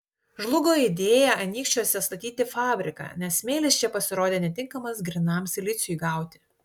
žlugo idėja anykščiuose statyti fabriką nes smėlis čia pasirodė netinkamas grynam siliciui gauti